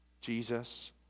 Jesus